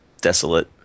Desolate